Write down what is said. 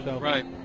Right